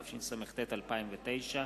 התשס"ט 2009,